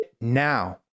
now